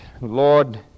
Lord